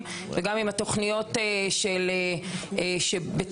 כי הן צורכות שירות פרטי,